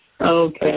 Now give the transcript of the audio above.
Okay